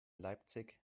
leipzig